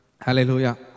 Hallelujah